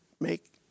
make